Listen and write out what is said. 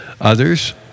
Others